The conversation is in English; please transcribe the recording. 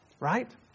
Right